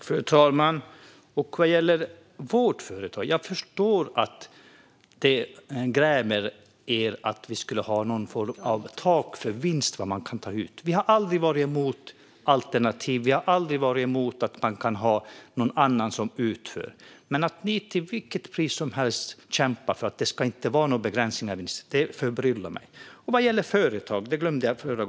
Fru talman! När det gäller vårdföretag förstår jag att det grämer er att man skulle ha någon form av tak för den vinst man kan ta ut. Vi har aldrig varit emot alternativ eller att man har en annan utförare. Men att ni, till vilket pris som helst, kämpar för att det inte ska få finnas några begränsningar är något som förbryllar mig. I min förra replik glömde jag att svara på detta om företag.